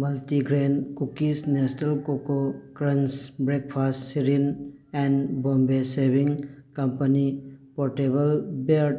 multigrain cookies Nestle coco crunch breakfast cereal and Bombay shaving company portable beard